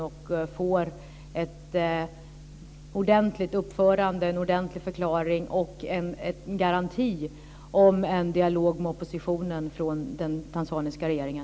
Det måste till ett ordentligt uppförande, en ordentlig förklaring och en garanti om en dialog med oppositionen från den tanzaniska regeringen.